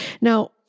Now